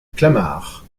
clamart